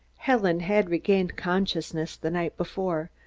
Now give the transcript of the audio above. helen had regained consciousness the night before,